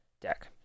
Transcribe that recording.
deck